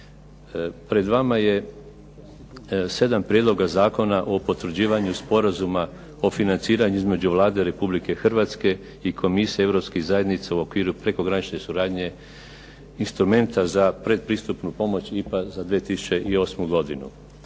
Pred vama je sedam prijedloga zakona o potvrđivanju sporazuma o financiranju između Vlade Republike Hrvatske i Komisije Europskih zajednica u okviru prekogranične suradnje instrumenta za predpristupnu pomoć IPA za 2008. godinu